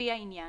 לפי העניין: